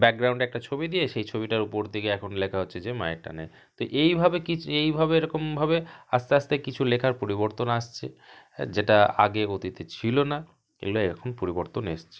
ব্যাকগ্রাউণ্ডে একটা ছবি দিয়ে সেই ছবিটার উপর দিকে এখন লেখা হচ্ছে মায়ের টানে তো এইভাবে কিছু এইভাবে এরকমভাবে আস্তে আস্তে কিছু লেখার পরিবর্তন আসছে যেটা আগে অতীতে ছিল না এগুলো এখন পরিবর্তন এসেছে